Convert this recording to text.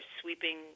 sweeping